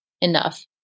enough